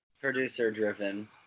producer-driven